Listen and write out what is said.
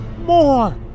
more